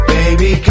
Baby